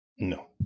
No